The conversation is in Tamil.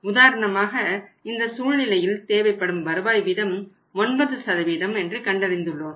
உதாரணமாக இந்த சூழ்நிலையில் தேவைப்படும் வருவாய் வீதம் 9 சதவீதம் என்று கண்டறிந்துள்ளோம்